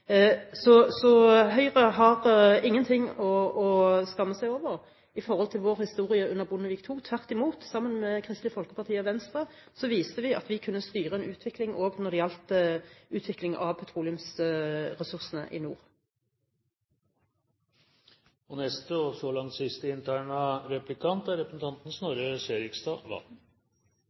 Så Høyre har ingenting å skamme seg over i forhold til vår historie under Bondevik II, tvert imot. Sammen med Kristelig Folkeparti og Venstre viste vi at vi kunne styre en utvikling også når det gjaldt petroleumsressursene i nord. En fellesnevner for de fleste ringvirkningsrapportene som er gjort, både i forbindelse med forvaltningsplanen og også gjennomført av uavhengige, er